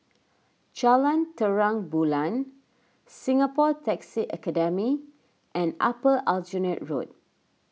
Jalan Terang Bulan Singapore Taxi Academy and Upper Aljunied Road